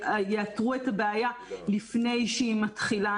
שיאתרו את הבעיה לפני שהיא מתחילה.